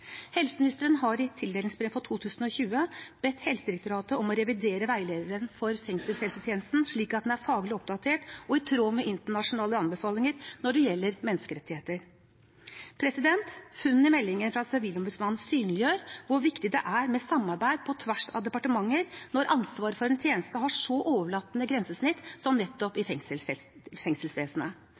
Helseministeren har i tildelingsbrevet for 2020 bedt Helsedirektoratet om å revidere veilederen for fengselshelsetjenesten, slik at den er faglig oppdatert og i tråd med internasjonale anbefalinger når det gjelder menneskerettigheter. Funnene i meldingen fra Sivilombudsmannen synliggjør hvor viktig det er med samarbeid på tvers av departementer når ansvar for en tjeneste har så overlappende grensesnitt som nettopp i